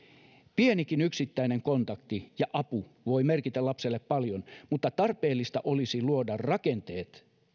pienikin yksittäinen kontakti ja apu voivat merkitä lapselle paljon mutta tarpeellista olisi luoda rakenteet